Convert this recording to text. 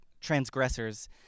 transgressors